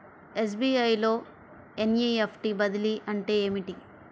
SBI లో NEFT బదిలీ అంటే ఏమిటి?